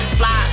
fly